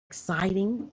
exciting